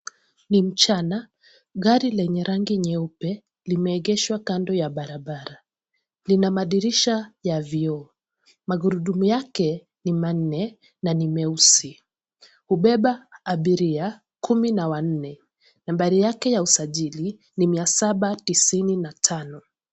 Ni mchana, gari lenye rangi nyeupe limeegeshwa kando ya barabara. Lina madirisha ya vioo. Magurudumu yake ni manne na ni meusi. Hupepa abiria kumi na wanne. Nambari yake ya usajili ni mia saba tisini na tano.